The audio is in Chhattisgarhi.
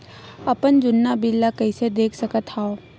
अपन जुन्ना बिल ला कइसे देख सकत हाव?